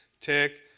tick